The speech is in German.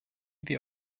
wir